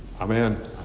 Amen